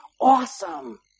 awesome